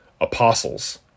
apostles